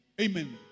Amen